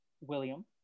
william